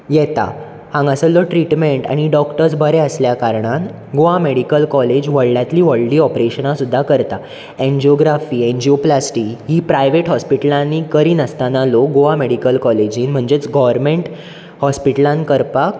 येता हांगासल्लो ट्रिटमेंट आनी डॉकटर्ज बरें आसल्या कारणान गोवा मॅडीकल कॉलेज व्हडल्यातली व्हडली ऑपरेशनां सुद्दां करता एनजीओग्रफी एनजीओप्लास्टी हीं प्रायवेट हॉस्पिटलानी करीनासताना लोक गोवा मॅडीकल कॉलेजीन म्हणजेच गोवरमेंट हॉस्पीटलान करपाक